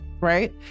right